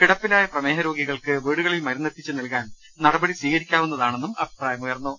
കിടപ്പിലായ പ്രമേഹ രോഗികൾക്ക് വീടുകളിൽ മരുന്നെത്തിച്ചു നൽകാൻ നടപടി സ്വീക രിക്കാവുന്നതാണെന്നും അഭിപ്രായമുയർന്നു